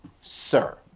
sir